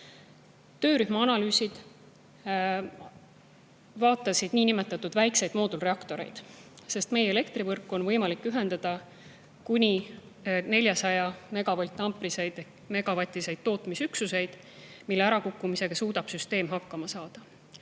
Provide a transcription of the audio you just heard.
Töörühma analüüsides vaadati niinimetatud väikseid moodulreaktoreid, sest meie elektrivõrku on võimalik ühendada kuni 400‑megavolt-ampriseid ehk ‑megavatiseid tootmisüksuseid, mille ärakukkumisega suudab süsteem hakkama saada.